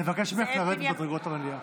אני מבקש ממך לרדת ממדרגות המליאה.